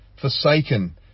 Forsaken